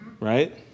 Right